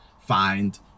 find